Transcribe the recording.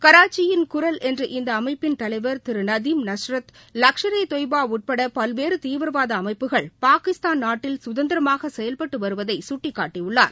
கராச்சியின் குரல் என்ற இந்த அமைப்பின் தலைவர் திரு நதீம் நஸ்ரத் லஷ்கரே தொய்பா உட்பட பல்வேறு தீவிரவாத அமைப்புகள் பாகிஸ்தான் நாட்டில் கதந்திரமாக செயல்பட்டு வருவதை சுட்டிக்காட்டியுள்ளார்